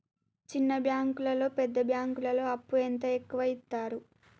చిన్న బ్యాంకులలో పెద్ద బ్యాంకులో అప్పు ఎంత ఎక్కువ యిత్తరు?